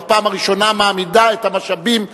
ובפעם הראשונה מעמידה את המשאבים הנכונים,